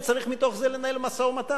וצריך מתוך זה לנהל משא-ומתן.